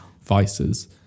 vices